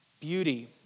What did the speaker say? beauty